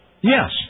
Yes